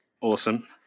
Awesome